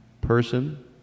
person